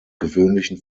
gewöhnlichen